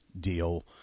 deal